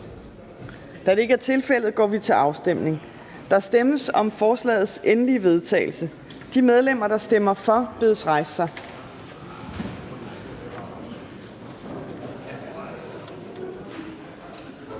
Afstemning Formanden (Henrik Dam Kristensen): Der stemmes om forslagets endelige vedtagelse. De medlemmer, der stemmer for, bedes rejse sig.